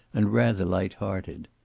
and rather light-hearted.